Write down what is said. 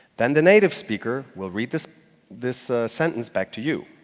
then the native speaker will read this this sentence back to you.